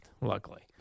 luckily